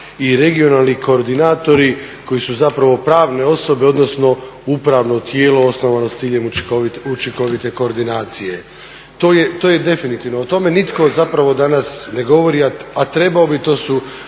i regionalni koordinatori koji su zapravo pravne osobe, odnosno upravno tijelo osnovano s ciljem učinkovite koordinacije. To je definitivno. O tome nitko zapravo danas ne govori, a trebao bi. To su